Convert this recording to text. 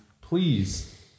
Please